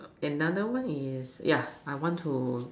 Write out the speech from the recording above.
and another one is yeah I want to